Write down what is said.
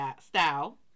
style